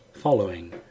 following